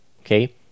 okay